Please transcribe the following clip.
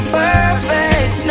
perfect